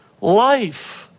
life